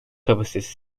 kapasitesi